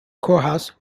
courthouse